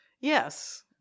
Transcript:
Yes